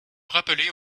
rappeler